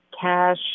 cash